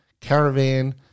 Caravan